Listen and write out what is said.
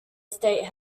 state